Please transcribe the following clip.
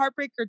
Heartbreaker